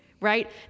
Right